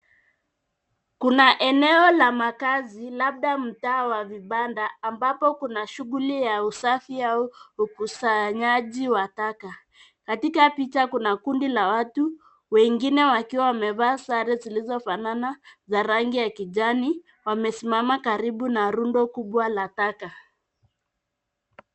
Kuna eneo la makazi labda mtaa wa vibanda ambapo kuna shughuli ya usafi au ukusanyaji wa taka, katika picha kuan kundi la watu wengine wakiwa wamevaa sare zilizo fanana za rangi ya kijani wamesimama karibu na rundo kubwa la taka.